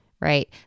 right